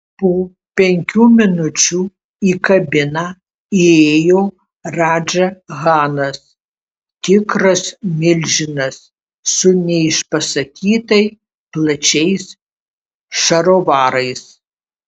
po penkių minučių į kabiną įėjo radža chanas tikras milžinas su neišpasakytai plačiais šarovarais